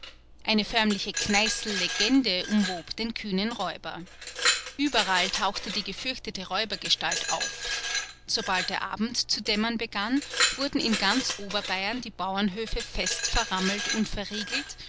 eine förmliche kneißllegende umwob den kühnen räuber überall tauchte die gefürchtete räubergestalt auf sobald der abend zu dämmern begann wurden in ganz oberbayern die bauernhöfe fest verrammelt und verriegelt